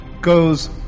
goes